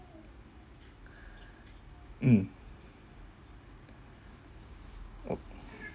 mm